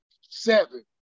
seven